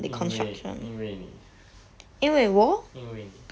因为因为你因为你